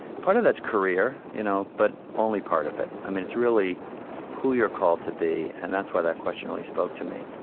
part of that's career, you know but only part of it. i mean, it's really who you are called to be, and that's why that question really spoke to me.